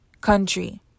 country